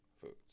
foods